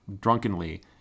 drunkenly